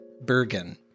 bergen